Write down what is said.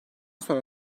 sonra